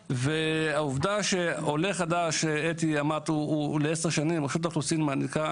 העובדה שעולה חדש הוא לעשר שנים רשות האוכלוסין מעניקה